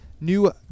new